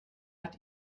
hat